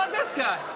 um this guy.